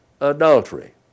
adultery